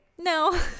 no